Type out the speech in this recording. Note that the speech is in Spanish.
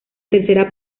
tercera